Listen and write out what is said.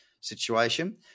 situation